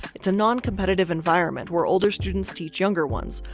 it's a noncompetitive environment, where older students teach younger ones.